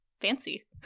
Fancy